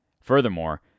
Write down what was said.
Furthermore